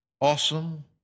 Awesome